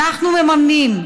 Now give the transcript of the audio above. אנחנו מממנים.